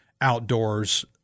outdoors